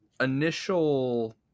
initial